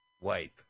Wipe